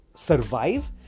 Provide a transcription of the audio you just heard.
survive